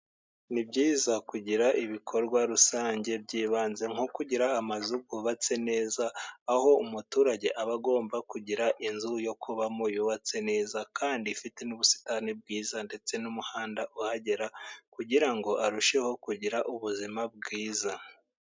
Ni byiza kugira ibikorwa rusange by'ibanze nko kugira amazu yubatse neza, aho umuturage aba agomba kugira inzu yo kubamo yubatse neza kandi ifite n'ubusitani bwiza ndetse n'umuhanda uhagera kugira ngo arusheho kugira ubuzima bwiza.